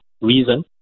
Reason